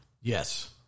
Yes